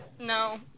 no